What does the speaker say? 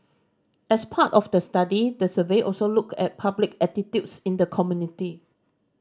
as part of the study the survey also looked at public attitudes in the community